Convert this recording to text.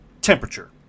Temperature